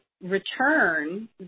Return